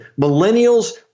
millennials